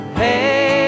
hey